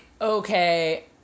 okay